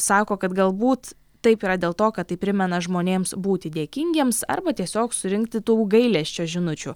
sako kad galbūt taip yra dėl to kad tai primena žmonėms būti dėkingiems arba tiesiog surinkti tų gailesčio žinučių